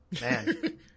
man